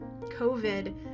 COVID